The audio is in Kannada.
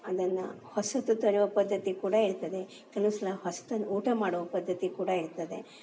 ಅದನ್ನು ಹೊಸದು ತರುವ ಪದ್ಧತಿ ಕೂಡ ಇರ್ತದೆ ಕೆಲವು ಸಲ ಹೊಸ್ದನ್ನ ಊಟ ಮಾಡುವ ಪದ್ಧತಿ ಕೂಡ ಇರ್ತದೆ